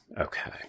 Okay